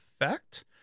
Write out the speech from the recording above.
effect